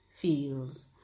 feels